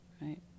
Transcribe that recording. right